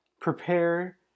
prepare